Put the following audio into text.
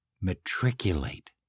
matriculate